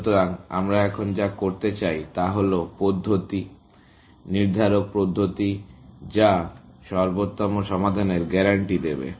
সুতরাং আমরা এখন যা করতে চাই তা হল পদ্ধতি নির্ধারক পদ্ধতি যা সর্বোত্তম সমাধানের গ্যারান্টি দেবে